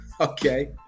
okay